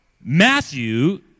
Matthew